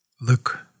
look